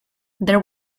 there